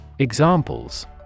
Examples